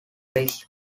ways